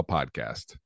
Podcast